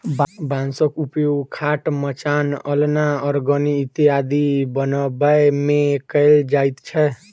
बाँसक उपयोग खाट, मचान, अलना, अरगनी इत्यादि बनबै मे कयल जाइत छै